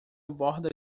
borda